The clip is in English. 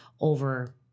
over